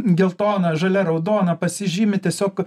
geltona žalia raudona pasižymi tiesiog